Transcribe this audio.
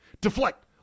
deflect